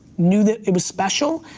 knew that it was special.